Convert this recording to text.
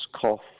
cough